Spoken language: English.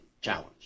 challenge